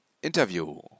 Interview